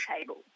table